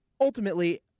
ultimately